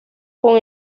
con